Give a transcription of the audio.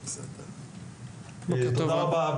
בוקר טוב אדוני היו"ר,